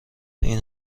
این